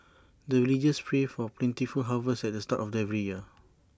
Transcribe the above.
the villagers pray for plentiful harvest at the start of every year